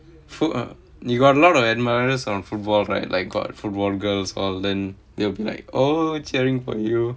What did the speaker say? full eh you got a lot of admirers on football right like got football girls or then they'll be like oh cheering for you